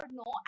no